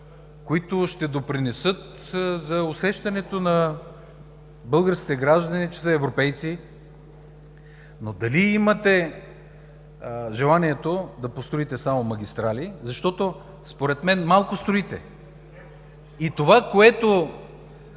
които ще допринесат за усещането на българските граждани, че са европейци. Но дали имате желанието да построите само магистрали? Защото според мен малко строите! Това, което